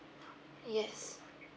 yes